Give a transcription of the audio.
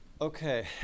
Okay